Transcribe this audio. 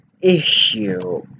issue